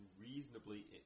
reasonably